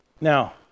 Now